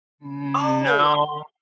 No